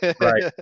right